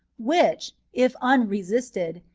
which if unresisted,